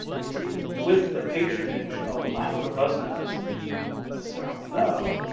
it's with the patronage of mahmud of ghazni, as ah sarah will know,